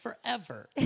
forever